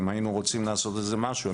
אם היינו רוצים לעשות איזה משהו,